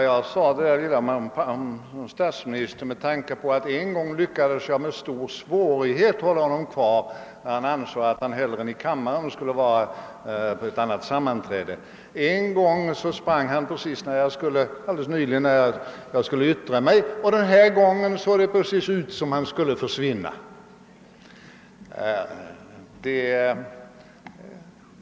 Herr talman! Jag sade detta om statsministern med tanke på att jag en gång för inte länge sedan med stor svårighet lyckades hålla honom kvar då han ansåg att han hellre än att stanna i kammaren borde gå någon annanstans. En annan gång alldeles nyligen sprang han i väg när jag skulle yttra mig, och även den här gången såg det ut som om han tänkte försvinna.